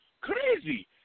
crazy